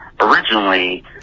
originally